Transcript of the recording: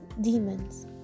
demons